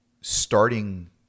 starting